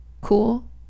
cool